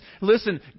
Listen